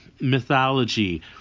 mythology